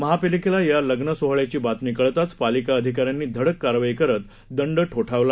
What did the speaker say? महापालिकेला या लग्न सोहळ्याची बातमी कळताच पालिका अधिकाऱ्यांनी धडक कारवाई करत दंड ठोठावला